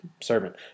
servant